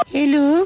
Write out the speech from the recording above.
Hello